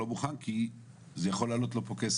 זה החולי המרכזי של המערכת - פער בכל אחד מבתי החולים